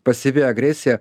pasyvi agresija